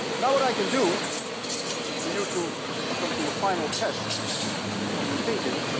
now what i can do for you to come to a final test on your thinking,